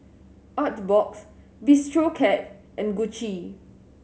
Artbox Bistro Cat and Gucci